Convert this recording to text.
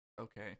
Okay